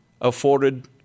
afforded